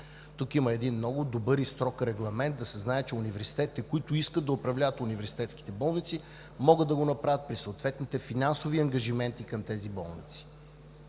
Тук има много добър и строг регламент – да се знае, че университетите, които искат да управляват университетските болници, могат да го направят при съответните финансови ангажименти към тези болници.